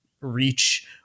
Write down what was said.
reach